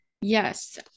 yes